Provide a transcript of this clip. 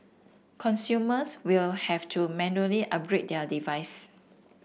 consumers will have to manually upgrade their device